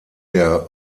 der